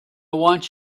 want